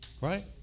Right